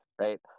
right